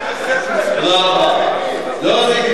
לא, זה כיתת ילדים.